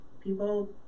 people